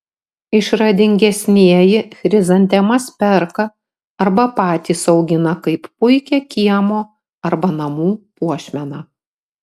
išradingesnieji chrizantemas perka arba patys augina kaip puikią kiemo arba namų puošmeną